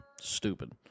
Stupid